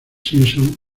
simpsons